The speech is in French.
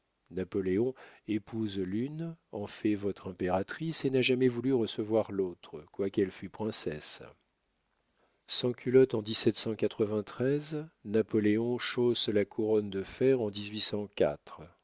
napoléon épouse l'une en fait votre impératrice et n'a jamais voulu recevoir l'autre quoiqu'elle fût princesse sans culotte en napoléon chausse la couronne de fer en